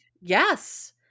Yes